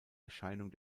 erscheinung